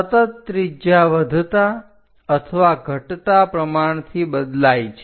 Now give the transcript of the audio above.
સતત ત્રિજ્યા વધતા અથવા ઘટતા પ્રમાણથી બદલાય છે